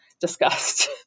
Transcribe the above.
discussed